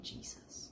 Jesus